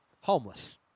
homeless